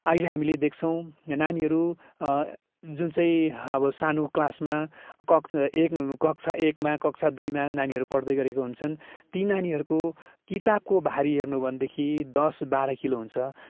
अहिले हामीले देख्छौँ नानीहरू जुन चाहिँ अब सानो क्लासमा कक एक कक्षा एकमा कक्षा दुईमा नानीहरू पढ्दैगरेको हुन्छन् ती नानीहरूको किताबको भारी हेर्नु भनेदेखि दस बाह्र किलो हुन्छ